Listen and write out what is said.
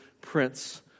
Prince